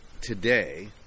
today